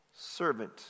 Servant